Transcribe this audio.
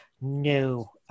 no